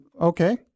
Okay